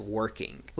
working